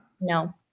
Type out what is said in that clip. No